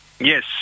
yes